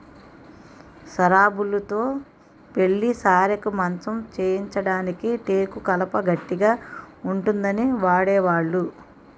సరాబులుతో పెళ్లి సారెకి మంచం చేయించడానికి టేకు కలప గట్టిగా ఉంటుందని వాడేవాళ్లు